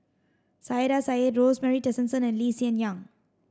Saiedah Said Rosemary Tessensohn and Lee Hsien Yang